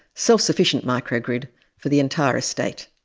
self-sufficient microgrid for the entire estate.